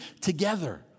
together